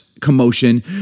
commotion